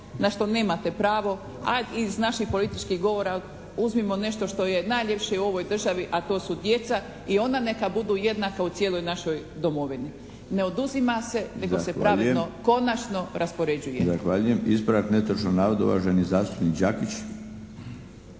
na što nemate pravo. A iz naših političkih govora uzmimo nešto što je najljepše u ovoj državi, a to su djeca i ona neka budu jednaka u cijeloj našoj domovini. Ne oduzima se nego se pravilno konačno raspoređuje.